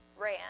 ran